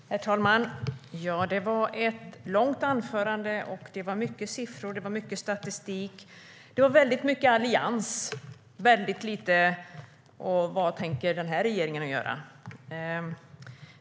Herr talman! Det var ett långt anförande med mycket siffror och statistik. Det var väldigt mycket allians och väldigt lite om vad den här regeringen tänker göra.